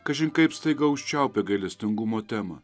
kažin kaip staiga užčiaupė gailestingumo temą